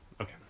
Okay